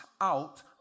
out